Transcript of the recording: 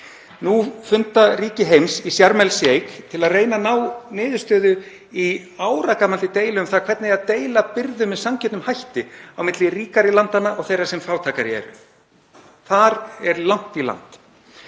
Nú funda ríki heims í Sharm el-Sheikh til að reyna að ná niðurstöðu í áragamalli deilu um það hvernig eigi að deila byrðum með sanngjörnum hætti á milli ríkari landanna og þeirra sem fátækari eru. Þar er langt í land.